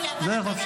אדוני,